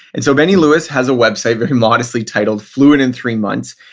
and so benny lewis has a website very modestly titled, fluent in three months.